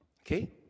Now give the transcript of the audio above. Okay